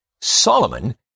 Solomon